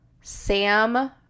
Sam